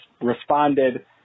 responded